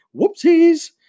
Whoopsies